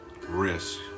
risk